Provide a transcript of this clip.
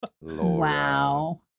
Wow